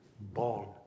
born